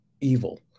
evil